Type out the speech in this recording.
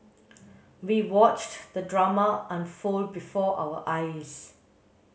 we watched the drama unfold before our eyes